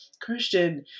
Christian